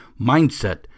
Mindset